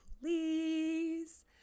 please